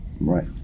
Right